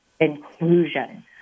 inclusion